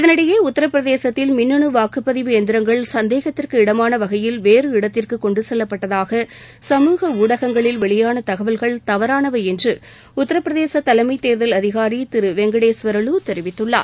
இதனிடையே உத்தரப்பிரதேசத்தில் மிள்ளனு வாக்குப்பதிவு இயந்திரங்கள் சந்தேகத்திற்கு இடமாள வகையில் வேறு இடத்திற்கு கொண்டு செல்லப்பட்டதாக சமூக ஊடகங்களில் வெளியான தகவல்கள் தவறானவை என்று உத்தரப்பிரதேச தலைமத் தேர்தல் அதிகாரி திரு வெங்கடேஸ்வரலுவும் தெரிவித்துள்ளார்